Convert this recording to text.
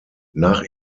nach